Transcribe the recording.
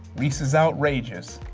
reese's outrageous.